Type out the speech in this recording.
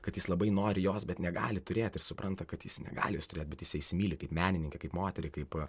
kad jis labai nori jos bet negali turėti ir supranta kad jis negali jos turėt bet jisai įsimyli kaip menininką kaip moterį kaip